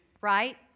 Right